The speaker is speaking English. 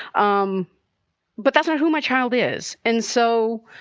um but that's not who my child is. and so,